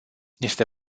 este